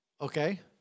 Okay